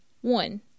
One